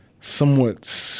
somewhat